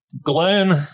Glenn